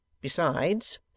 Besides